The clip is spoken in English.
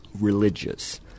religious